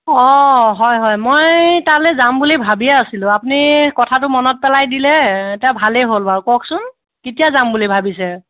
অঁ হয় হয় মই তালৈ যাম বুলি ভাবিয়ে আছিলোঁ আপুনি কথাটো মনত পেলাই দিলে এতিয়া ভালেই হ'ল বাৰু কওকচোন কেতিয়া যাম বুলি ভাবিছে